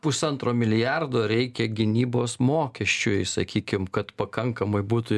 pusantro milijardo reikia gynybos mokesčiui sakykim kad pakankamai būtų